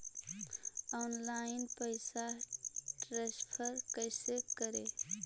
Online पैसा transfer कैसे करे?